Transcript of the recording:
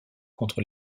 contre